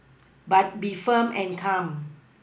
but be firm and calm